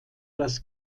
das